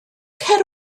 cer